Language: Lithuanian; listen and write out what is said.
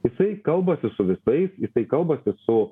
jisai kalbasi su visais jisai kalbasi su